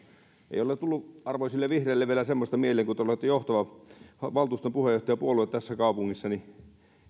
ei ole tullut arvoisille vihreille vielä semmoista mieleen että kun te olette johtava valtuuston puheenjohtajapuolue tässä kaupungissa niin